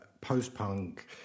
post-punk